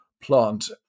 plant